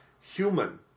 Human